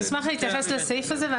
אני אשמח להתייחס לסעיף הזה.